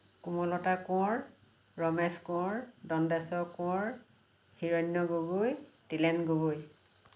Komalata Konwar Ramesh Konwar Dandeswar Konwar Hiranya Gogoi Tilen Gogoi